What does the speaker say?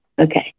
Okay